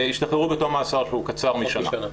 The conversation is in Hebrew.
השתחררו בתום מאסר שהוא קצר משנה.